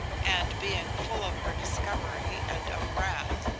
and being full of her discovery and of wrath,